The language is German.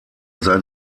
sein